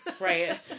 Right